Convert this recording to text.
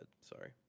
Sorry